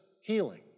healing